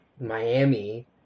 Miami